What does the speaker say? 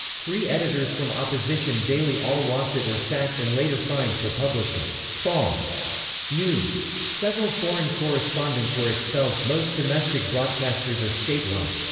three editors from opposition daily al-wasat were sacked and later fined for publishing false news. several foreign correspondents were expelled most domestic broadcasters are state-run.